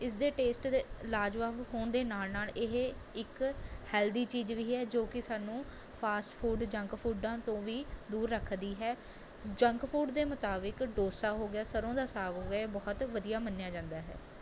ਇਸ ਦੇ ਟੇਸਟ ਦੇ ਲਾਜਵਾਬ ਹੋਣ ਦੇ ਨਾਲ਼ ਨਾਲ਼ ਇਹ ਇੱਕ ਹੈਲਦੀ ਚੀਜ਼ ਵੀ ਹੈ ਜੋ ਕਿ ਸਾਨੂੰ ਫਾਸਟ ਫੂਡ ਜੰਕ ਫੂਡਾਂ ਤੋਂ ਵੀ ਦੂਰ ਰੱਖਦੀ ਹੈ ਜੰਕ ਫੂਡ ਦੇ ਮੁਤਾਬਿਕ ਡੋਸਾ ਹੋ ਗਿਆ ਸਰ੍ਹੋਂ ਦਾ ਸਾਗ ਹੋ ਗਿਆ ਇਹ ਬਹੁਤ ਵਧੀਆ ਮੰਨਿਆ ਜਾਂਦਾ ਹੈ